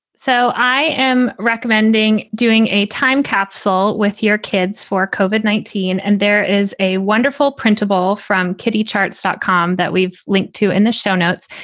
so i am recommending doing a time capsule with your kids for koven, nineteen. and there is a wonderful printable from kiddie charts dot com that we've linked to in the show notes.